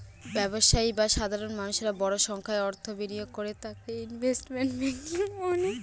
ব্যবসায়ী বা সাধারণ মানুষেরা বড় সংখ্যায় অর্থ বিনিয়োগ করে তাকে ইনভেস্টমেন্ট ব্যাঙ্কিং বলে